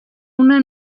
una